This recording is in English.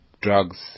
drugs